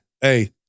hey